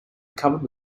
covered